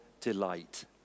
delight